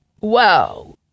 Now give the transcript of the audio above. Wow